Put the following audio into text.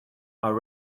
are